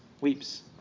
weeps